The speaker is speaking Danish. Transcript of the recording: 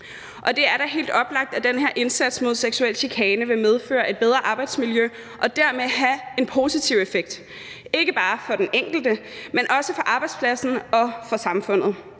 Det er da helt oplagt, at den her indsats mod seksuel chikane vil føre til et bedre arbejdsmiljø og dermed have en positiv effekt ikke bare for den enkelte, men også for arbejdspladsen og for samfundet.